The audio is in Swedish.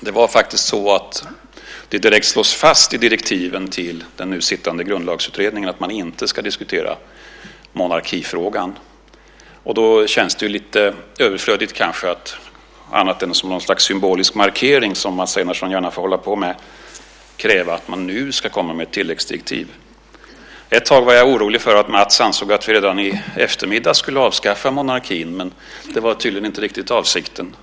Det slås faktiskt direkt fast i direktiven till den nu sittande Grundlagsutredningen att den inte ska diskutera monarkifrågan. Då känns det kanske lite överflödigt att, annat än som något slags symbolisk markering som Mats Einarsson gärna får hålla på med, kräva att man nu ska komma med ett tilläggsdirektiv. Ett tag var jag orolig för att Mats ansåg att vi redan i eftermiddag skulle avskaffa monarkin. Men det var tydligen inte riktigt avsikten.